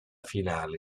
finale